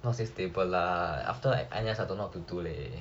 not say stable lah after N_S I don't know what to do leh